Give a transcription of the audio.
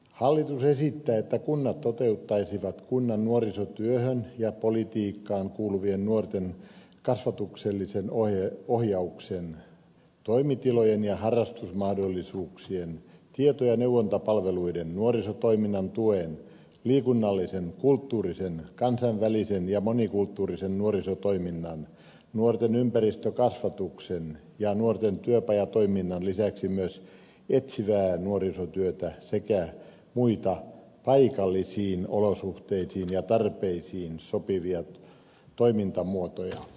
hallitus esittää että kunnat toteuttaisivat kunnan nuorisotyöhön ja politiikkaan kuuluvien nuorten kasvatuksellisen ohjauksen toimitilojen ja harrastusmahdollisuuksien tieto ja neuvontapalveluiden nuorisotoiminnan tuen liikunnallisen kulttuurisen kansainvälisen ja monikulttuurisen nuorisotoiminnan nuorten ympäristökasvatuksen ja nuorten työpajatoiminnan lisäksi myös etsivää nuorisotyötä sekä muita paikallisiin olosuhteisiin ja tarpeisiin sopivia toimintamuotoja